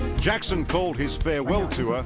jackson called his farewell tour.